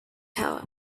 cover